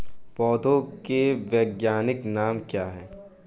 पौधों के वैज्ञानिक नाम क्या हैं?